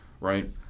right